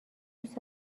دوست